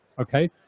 okay